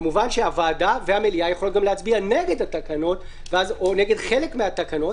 כמובן הוועדה והמליאה יכולות גם להצביע נגד התקנות או נגד חלק מהתקנות,